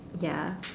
ya